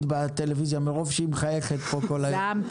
בטלוויזיה מרוב שהיא מחייכת פה כל הזמן.